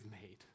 made